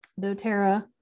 doTERRA